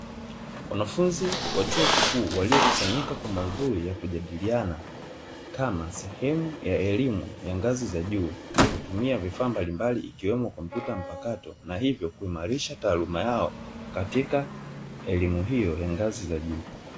Wanafunzi wa chuo kikuu waliokusanyika kwa maudhui ya kujadiliana, kama sehemu ya elimu ya ngazi za juu kwa kutumia vifaa mbalimbali ikiwemo kompyuta mpakato, na hivyo kuimarisha taaluma yao katika elimu hiyo ya ngazi za juu.